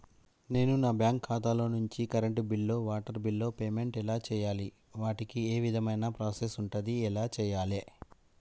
నేను నా బ్యాంకు ఖాతా నుంచి కరెంట్ బిల్లో వాటర్ బిల్లో పేమెంట్ ఎలా చేయాలి? వాటికి ఏ విధమైన ప్రాసెస్ ఉంటది? ఎలా చేయాలే?